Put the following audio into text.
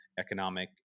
economic